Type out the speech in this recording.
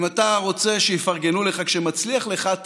אם אתה רוצה שיפרגנו לך כשמצליח לך,